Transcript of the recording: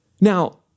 Now